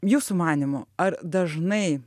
jūsų manymu ar dažnai